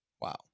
Wow